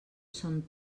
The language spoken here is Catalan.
son